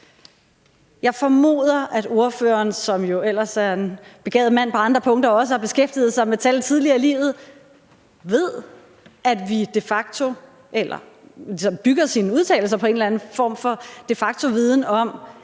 Jeg formoder, at ordføreren, som jo ellers er en begavet mand på andre punkter, og som også har beskæftiget sig med tal tidligere i livet, ved det. Bygger han sine udtalelser på en eller anden form for de facto-viden om,